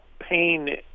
Pain